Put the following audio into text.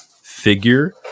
figure